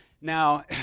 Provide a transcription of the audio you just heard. Now